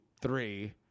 three